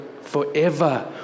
forever